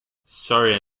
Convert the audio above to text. sorry